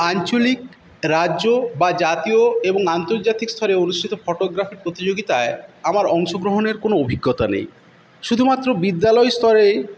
আঞ্চলিক রাজ্য বা জাতীয় এবং আন্তর্জাতিক স্তরে অনুষ্ঠিত ফোটোগ্রাফি প্রতিযোগিতায় আমার অংশগ্রহণের কোন অভিজ্ঞতা নেই শুধুমাত্র বিদ্যালয় স্তরে